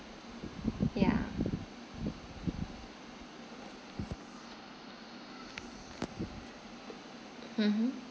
ya mmhmm